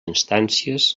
instàncies